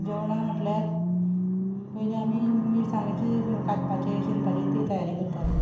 जेवणां म्हणल्यार पयलीं आमी मिरसांगेची कांतपाची शिनपाची ती तयारी करतालीं